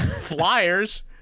Flyers